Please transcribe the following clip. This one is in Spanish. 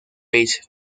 beach